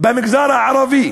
במגזר הערבי.